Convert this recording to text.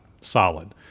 solid